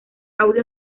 audio